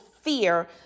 fear